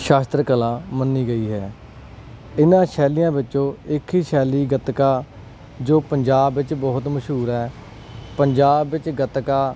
ਸ਼ਸਤਰ ਕਲਾ ਮੰਨੀ ਗਈ ਹੈ ਇਹਨਾਂ ਸ਼ੈਲੀਆਂ ਵਿੱਚੋਂ ਇੱਕ ਹੀ ਸ਼ੈਲੀ ਗਤਕਾ ਜੋ ਪੰਜਾਬ ਵਿੱਚ ਬਹੁਤ ਮਸ਼ਹੂਰ ਹੈ ਪੰਜਾਬ ਵਿੱਚ ਗੱਤਕਾ